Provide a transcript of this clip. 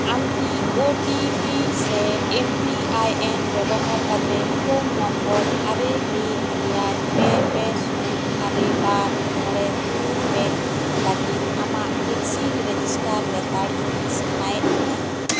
ᱟᱢ ᱠᱤ O T P ᱥᱮ ᱮᱢ ᱯᱤ ᱟᱭ ᱮᱱ ᱵᱮᱵᱚᱦᱟᱨ ᱠᱟᱛᱮ ᱯᱷᱳᱱ ᱱᱚᱢᱵᱚᱨ ᱟᱨᱮ ᱢᱤᱫ ᱮᱭᱟᱭ ᱯᱮ ᱯᱮ ᱥᱩᱱ ᱟᱨᱮ ᱵᱟᱨ ᱢᱚᱬᱮ ᱛᱩᱨᱩᱭ ᱯᱮ ᱞᱟᱹᱜᱤᱫ ᱟᱢᱟᱜ ᱵᱷᱮᱠᱥᱤᱱ ᱨᱮᱡᱤᱥᱴᱟᱨ ᱞᱮᱛᱟᱲ ᱤᱫᱤ ᱥᱟᱱᱟᱭᱮᱫ ᱢᱮᱭᱟ